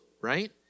right